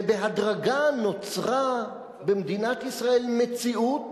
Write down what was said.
ובהדרגה נוצרה במדינת ישראל מציאות